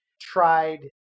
tried